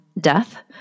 death